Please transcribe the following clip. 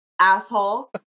Asshole